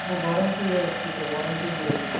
वो वारंटी है उसकी तो वारंटी मिलेगी